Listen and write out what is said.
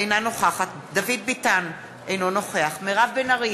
אינה נוכחת דוד ביטן, אינו נוכח מירב בן ארי,